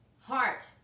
Heart